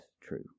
true